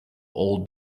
all